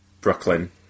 Brooklyn